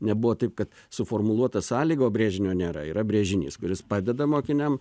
nebuvo taip kad suformuluota sąlyga o brėžinio nėra yra brėžinys kuris padeda mokiniam